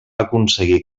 aconseguir